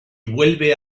vuelve